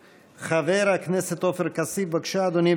חבר הכנסת עופר כסיף, בבקשה, אדוני.